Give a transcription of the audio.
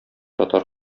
татар